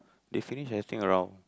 if finish anything around